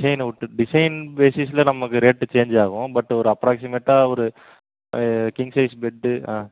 design விட்டு design பேசிஸில் நமக்கு ரேட்டு சேஞ்ச் ஆகும் பட் ஒரு அப்ராக்ஸிமேட்டாக ஒரு கிங் சைஸ் பெட்டு ஆ